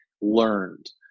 learned